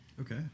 Okay